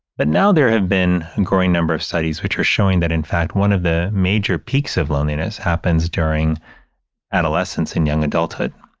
but now there have been a and growing number of studies which are showing that, in fact, one of the major peaks of loneliness happens during adolescence and young adulthood.